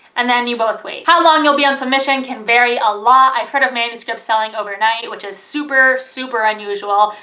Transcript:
and then you both wait. how long you'll be on submission can vary a lot i've heard of manuscripts selling overnight, which is super, super unusual,